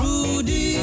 Rudy